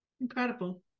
Incredible